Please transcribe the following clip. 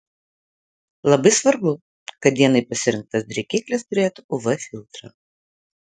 labai svarbu kad dienai pasirinktas drėkiklis turėtų uv filtrą